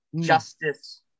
justice